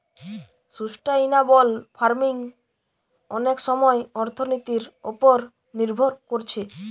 sustainable farming অনেক সময় অর্থনীতির উপর নির্ভর কোরছে